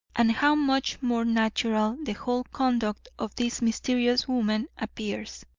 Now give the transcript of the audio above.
and how much more natural the whole conduct of this mysterious woman appears.